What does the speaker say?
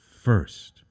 first